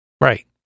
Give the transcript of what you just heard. right